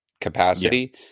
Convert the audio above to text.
capacity